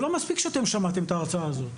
זה לא מספיק שאתם שמעתם את ההרצאה הזאת.